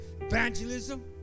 evangelism